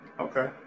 Okay